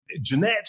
Jeanette